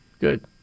Good